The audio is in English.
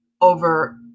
over